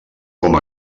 com